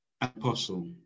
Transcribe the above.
Apostle